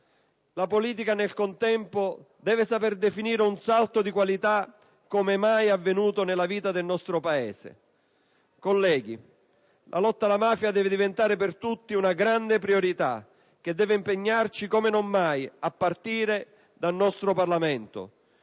la politica nel contempo deve saper definire un salto di qualità come mai è avvenuto nella vita del nostro Paese. Colleghi, la lotta alla mafia deve diventare per tutti una grande priorità che deve impegnarci come mai prima d'ora, a partire dal nostro Parlamento.